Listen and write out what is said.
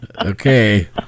Okay